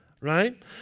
Right